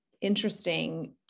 interesting